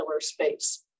space